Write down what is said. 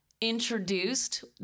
introduced